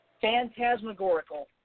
phantasmagorical